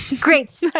Great